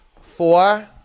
Four